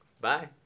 Bye